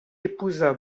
épousa